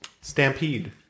Stampede